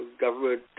government